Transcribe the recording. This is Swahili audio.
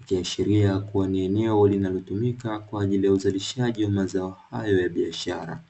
ikiashiria kuwa ni eneo linalotumika kwa ajili ya uzalishaji wa mazao hayo ya biashara.